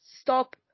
stop